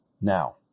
Now